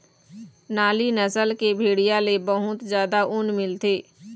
नाली नसल के भेड़िया ले बहुत जादा ऊन मिलथे